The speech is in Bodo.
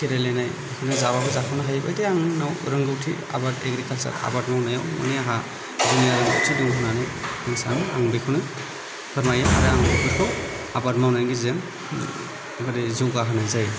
बेखौनो जाब्लाबो जाख'नो हायैबायदि आंनाव रोंगौथि आबाद एग्रिकालचार आबाद मावनायाव माने आंहा जुनिया रोंगौथि दं होननानै आं सानो आं बेखौनो फोरमायो आरो आं बेखौ आबाद मावनायनि गेजेरजों जौगाहोनाय जायो